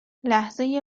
لحظه